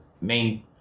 main